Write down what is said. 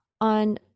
on